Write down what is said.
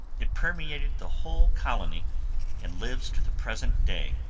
it permeated the whole colony and lives to the present day.